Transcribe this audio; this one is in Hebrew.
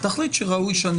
לשנות את הרכבו ללא הכר.